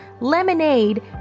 lemonade